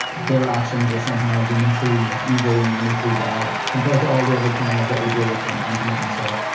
their actions are somehow uniquely evil and uniquely bad compared to all the other criminals that we deal with and on canadian soil.